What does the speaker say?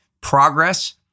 progress